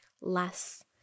less